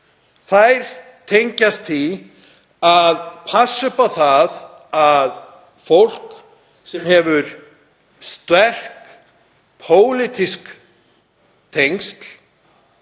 mútur tengjast því að passa upp á að fólk sem hefur sterk pólitísk tengsl,